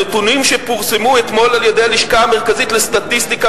הנתונים שפורסמו אתמול על-ידי הלשכה המרכזית לסטטיסטיקה,